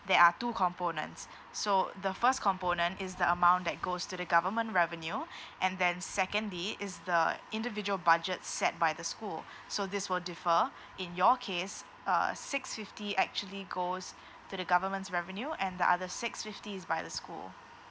there are two components so the first component is the amount that goes to the government revenue and then secondly is the individual budget set by the school so this will differ in your case uh six fifty actually goes to the government's revenue and the other six fifty is by the school